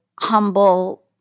humble